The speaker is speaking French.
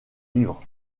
livre